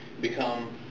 become